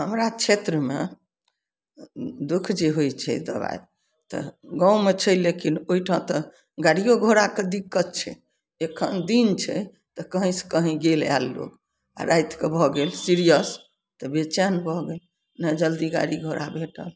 हमरा क्षेत्रमे दुःख जे होइ छै दबाइ तऽ गाँवमे छै लेकिन ओयठाम तऽ गाड़ियो घोड़ाके दिक्कत छै एखन दिन छै तऽ कहीं से कहीं गेल आयल लोक आओर रातिके भऽ गेल सीरियस तऽ बेचैन भऽ गेल ने जल्दी गाड़ी घोड़ा भेटल